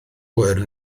hwyr